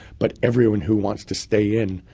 but everyone who wants to stay in,